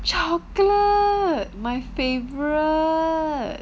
chocolate my favourite